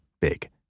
big